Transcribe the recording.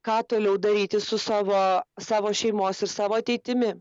ką toliau daryti su savo savo šeimos ir savo ateitimi